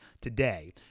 today